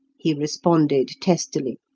he responded testily.